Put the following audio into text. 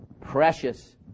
precious